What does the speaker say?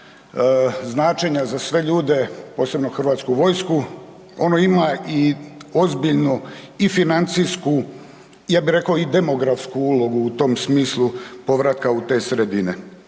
značenja za sve ljude, posebno za hrvatsku vojsku, ono ima ozbiljnu i financijsku i ja bih rekao i demografsku ulogu u tom smislu povratka u te sredine.